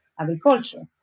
agriculture